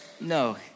No